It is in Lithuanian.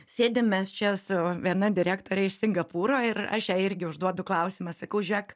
sėdim mes čia su viena direktore iš singapūro ir aš jai irgi užduodu klausimą sakau žiek